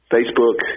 Facebook